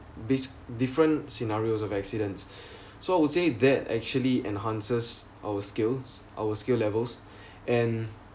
these different scenarios of accidents so I would say that actually enhances our skills our skill levels and